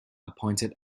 appointed